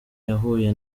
yahuye